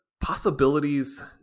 possibilities